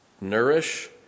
nourish